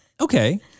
Okay